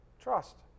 Trust